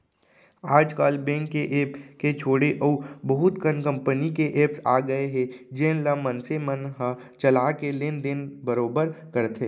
आज काल बेंक के ऐप के छोड़े अउ बहुत कन कंपनी के एप्स आ गए हे जेन ल मनसे मन ह चला के लेन देन बरोबर करथे